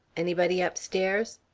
anybody upstairs?